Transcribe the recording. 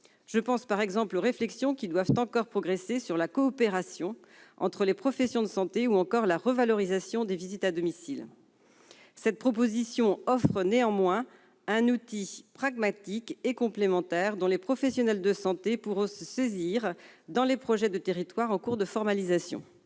Je pense, par exemple, aux réflexions qui doivent encore progresser sur la coopération entre les professions de santé ou sur la revalorisation des visites à domicile. Cette proposition de loi offre néanmoins un outil pragmatique et complémentaire dont les professionnels de santé pourront se saisir dans les projets de territoire en cours de formalisation.